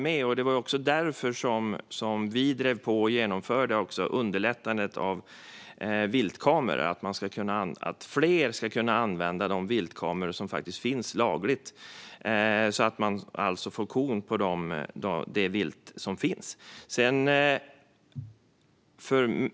Det var därför vi drev på och genomförde underlättandet av viltkameror så att fler kan använda de viltkameror som finns lagligt och få korn på det vilt som finns.